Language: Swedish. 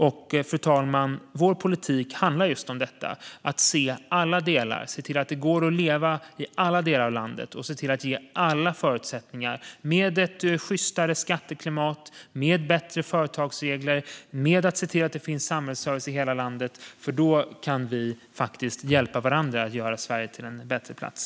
Och, fru talman, vår politik handlar om just detta: att se alla delar och se till att det går att leva i alla delar av landet och att ge alla förutsättningar, med ett sjystare skatteklimat och bättre företagsregler och genom att se till att det finns samhällsservice i hela landet. Då kan vi hjälpa varandra att göra Sverige till en bättre plats.